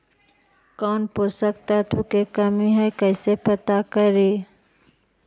कौन पोषक तत्ब के कमी है कैसे पता करि?